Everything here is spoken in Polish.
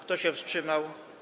Kto się wstrzymał?